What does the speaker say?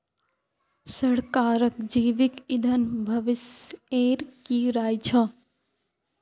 सरकारक जैविक ईंधन भविष्येर की राय छ